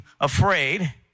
afraid